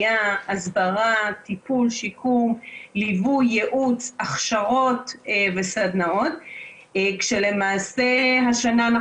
על קנאביס ויהיה כנס ב-29.12 בחסות השרה שלנו